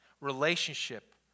Relationship